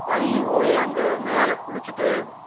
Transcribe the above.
பழனி போய் அங்கே மேலே குளிச்சிவிட்டு